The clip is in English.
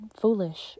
foolish